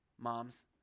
moms